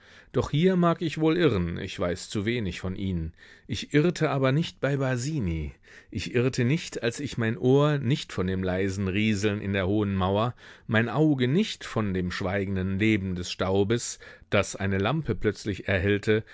doch hier mag ich wohl irren ich weiß zu wenig von ihnen ich irrte aber nicht bei basini ich irrte nicht als ich mein ohr nicht von dem leisen rieseln in der hohen mauer mein auge nicht von dem schweigenden leben des staubes das eine lampe plötzlich erhellte